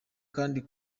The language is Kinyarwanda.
kandi